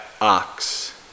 ox